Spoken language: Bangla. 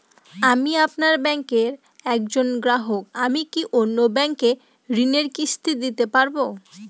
আমি আপনার ব্যাঙ্কের একজন গ্রাহক আমি কি অন্য ব্যাঙ্কে ঋণের কিস্তি দিতে পারবো?